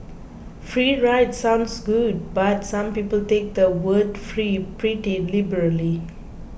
free rides sounds good but some people take the word free pretty liberally